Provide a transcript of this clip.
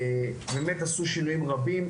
באמת עשו שינויים רבים.